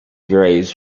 graves